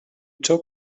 took